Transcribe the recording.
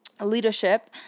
leadership